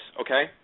okay